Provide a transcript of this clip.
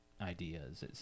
Ideas